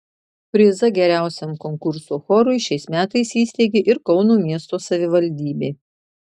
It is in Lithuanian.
prizą geriausiam konkurso chorui šiais metais įsteigė ir kauno miesto savivaldybė